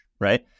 right